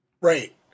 Right